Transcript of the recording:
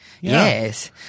Yes